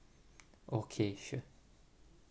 okay sure